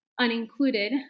unincluded